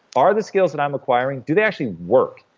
are the skills that i'm acquiring, do they actually work?